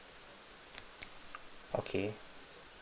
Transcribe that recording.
okay